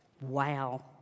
wow